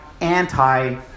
anti